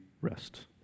rest